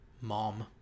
mom